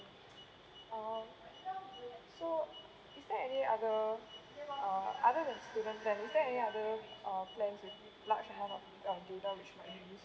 uh so is there any other uh other than student plan is there any other uh plan with large amount um data